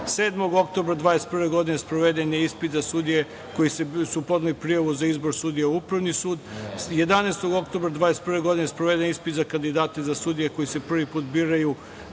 oktobra 2021. godine sproveden je ispit za sudije koji su podneli prijavu za izbor sudija u Upravni sud. Jedanaestog oktobra 2021. godine sproveden je ispit za kandidate za sudije koji se prvi put biraju